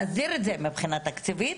להסדיר את זה מבחינה תקציבית?